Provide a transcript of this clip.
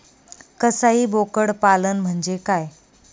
कसाई बोकड पालन म्हणजे काय?